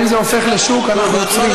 אם זה הופך לשוק, אנחנו עוצרים.